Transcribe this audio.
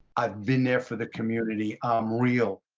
i've been there for the community. i'm real.